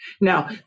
Now